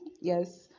Yes